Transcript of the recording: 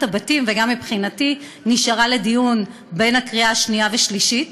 הבתים ומבחינתי בין הקריאה הראשונה לשנייה והשלישית: